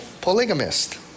polygamist